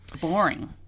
Boring